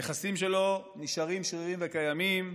הנכסים שלו נשארים שרירים וקיימים,